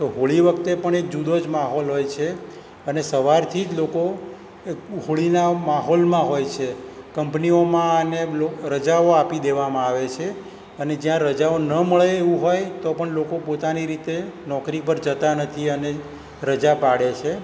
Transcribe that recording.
તો હોળી વખતે પણ એક જુદો જ માહોલ હોય છે અને સવારથી જ લોકો હોળીના માહોલમાં હોય છે કંપનીઓમાં અને લો રજાઓ આપી દેવામાં આવે છે અને જ્યાં રજાઓ ન મળે એવું હોય તો પણ લોકો પોતાની રીતે નોકરી પર જતા નથી અને રજા પાડે છે